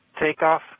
takeoff